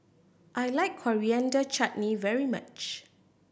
I like Coriander Chutney very much